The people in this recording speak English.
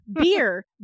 beer